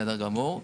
בסדר גמור.